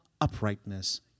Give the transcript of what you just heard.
uprightness